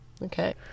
Okay